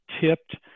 tipped